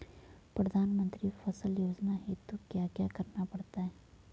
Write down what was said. प्रधानमंत्री फसल योजना हेतु क्या क्या करना पड़ता है?